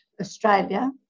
Australia